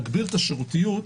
הגברת השירותיות,